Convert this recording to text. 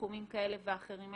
בתחומים כאלה ואחרים,